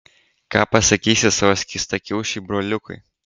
ką pasakysi savo skystakiaušiui broliukui